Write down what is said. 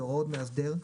בהוראות מאסדר,